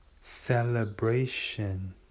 Celebration